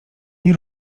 nie